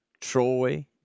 Troy